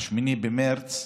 8 במרץ,